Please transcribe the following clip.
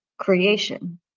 creation